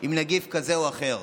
עם נגיף כזה או אחר.